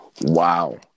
Wow